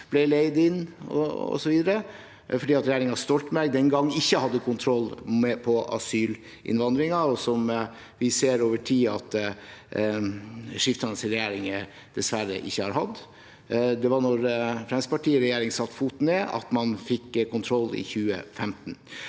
ble leid inn fordi regjeringen Stoltenberg den gang ikke hadde kontroll på asylinnvandringen, som vi ser over tid at skiftende regjeringer dessverre ikke har hatt. Det var da Fremskrittspartiet i regjering satte foten ned, at man fikk kontroll i 2015.